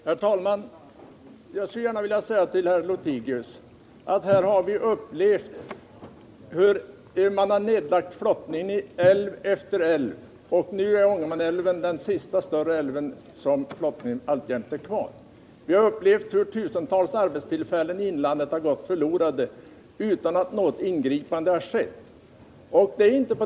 Herr talman! Vi har upplevt hur man har lagt ned flottningen i älv efter älv. Nu är Ångermanälven den sista större älv där flottning finns kvar. Tusentals arbetstillfällen i inlandet har på det sättet gått förlorade utan att några ingripanden har gjorts.